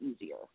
easier